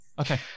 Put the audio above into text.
Okay